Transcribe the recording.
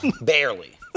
Barely